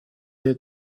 had